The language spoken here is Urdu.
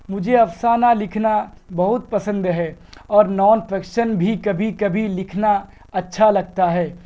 مجھے افسانہ لکھنا بہت پسند ہے اور نان فکشن بھی کبھی کبھی لکھنا اچھا لگتا ہے